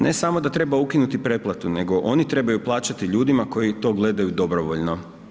Ne samo da treba ukinuti pretplatu, nego oni trebaju plaćati ljudima koji to gledaju dobrovoljno.